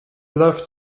left